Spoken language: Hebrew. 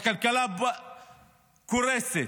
כשהכלכלה קורסת,